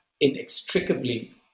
inextricably